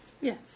Yes